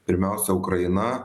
pirmiausia ukraina